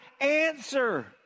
answer